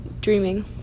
dreaming